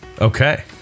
okay